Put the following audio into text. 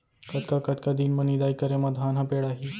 कतका कतका दिन म निदाई करे म धान ह पेड़ाही?